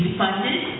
funded